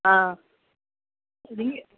ஆ